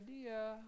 idea